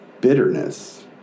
bitterness